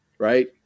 right